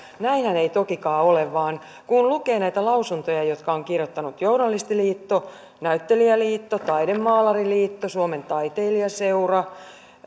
näinhän ei tokikaan ole vaan kun lukee näitä lausuntoja jotka ovat kirjoittaneet journalistiliitto näyttelijäliitto taidemaalariliitto suomen taiteilijaseura